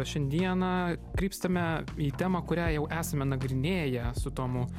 šiandieną krypstame į temą kurią jau esame nagrinėję su tomu